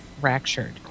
fractured